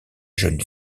jeune